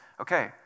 okay